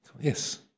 Yes